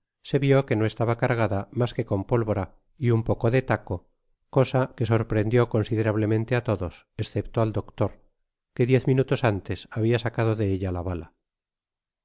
se vio que no estaba cargada mas que con pólvora y un poco de taco cosa que sorprendió considerablemente á todos escepto al doctor que diez minutos antes habia sacado de ella la bala